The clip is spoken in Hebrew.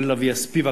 כולל אביה ספיבק,